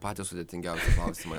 patys sudėtingiausi klausimai